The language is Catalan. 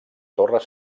torres